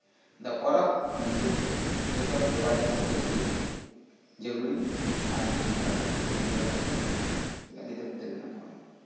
ᱯᱚᱨᱚᱵᱽ ᱧᱩᱛᱩᱢ ᱛᱮ ᱡᱚᱛᱚᱣᱟᱜ ᱡᱚᱜᱟᱲ ᱡᱚᱱᱛᱚᱨᱚ ᱫᱚ ᱤᱧ ᱜᱮ ᱡᱟᱹᱨᱩᱲᱟᱹᱧᱟᱹ ᱟᱨ ᱤᱧ ᱜᱤᱧ ᱡᱚᱜᱟᱲ ᱡᱚᱛᱚᱱᱟ ᱪᱮᱫᱟᱜ ᱜᱤᱫᱟᱹᱨ ᱯᱤᱫᱟᱹᱨ ᱢᱮᱱᱟᱜ ᱠᱚᱣᱟ